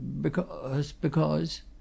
because—because